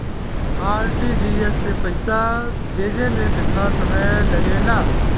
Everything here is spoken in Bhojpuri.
आर.टी.जी.एस से पैसा भेजे में केतना समय लगे ला?